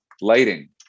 lighting